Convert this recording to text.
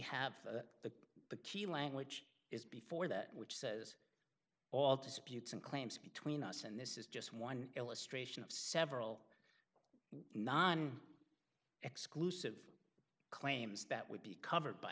have the key language is before that which says all disputes and claims between us and this is just one illustration of several exclusive claims that would be covered by